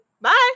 Bye